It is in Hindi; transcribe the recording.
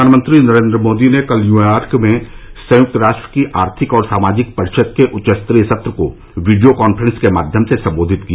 प्रधानमंत्री नरेन्द्र मोदी ने कल न्यूयार्क में संयुक्त राष्ट्र की आर्थिक और सामाजिक परिषद के उच्च स्तरीय सत्र को वीडियो कॉन्फ्रेन्स के माध्यम से सम्बोधित किया